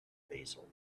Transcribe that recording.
basil